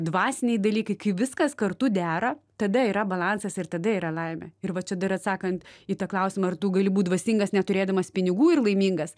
dvasiniai dalykai kai viskas kartu dera tada yra balansas ir tada yra laimė ir va čia dar atsakant į tą klausimą ar tu gali būt dvasingas neturėdamas pinigų ir laimingas